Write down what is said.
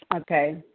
Okay